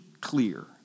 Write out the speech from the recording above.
clear